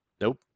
Nope